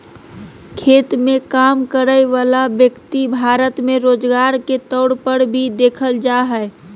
खेत मे काम करय वला व्यक्ति भारत मे रोजगार के तौर पर भी देखल जा हय